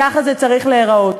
ככה זה צריך להיראות,